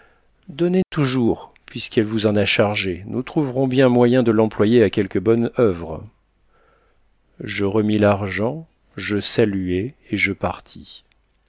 donnez toujours puisqu'elle vous en a chargé nous trouverons bien moyen de l'employer à quelque bonne oeuvre je remis l'argent je saluai et je partis